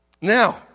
Now